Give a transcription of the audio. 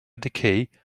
decay